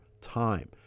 time